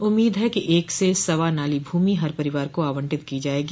उम्मीद है कि एक से सवा नाली भूमि हर परिवार को आवंटित की जाएगी